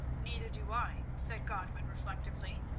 neither do i, said godwin reflectively.